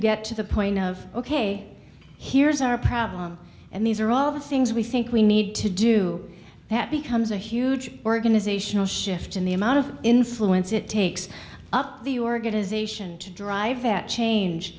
get to the point of ok here's our problem and these are all the things we think we need to do that becomes a huge organizational shift in the amount of influence it takes up the organization to drive that change